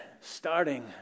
starting